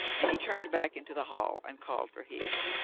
and he turned back into the hall and called for higgs.